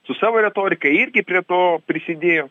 su savo retorika irgi prie to prisidėjo